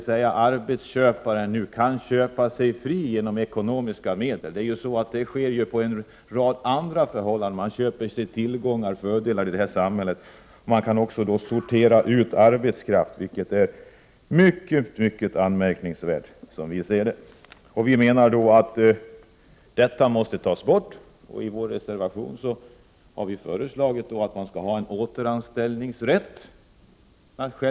Arbetsköparen kan alltså köpa sig fri med ekonomiska medel. På en rad andra områden kan man köpa sig tillgångar och fördelar i detta samhälle. Nu kan man också sortera ut arbetskraft, vilket är mycket anmärkningsvärt, som vi ser det. Vi menar att denna möjlighet måste tas bort. I vår reservation har vi föreslagit att man skall ha rätt till återanställning.